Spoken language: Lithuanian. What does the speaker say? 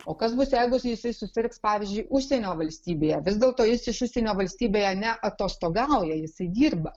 o kas bus jeigu jisai susirgs pavyzdžiui užsienio valstybėje vis dėlto jis iš užsienio valstybėje neatostogauja jisai dirba